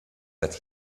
that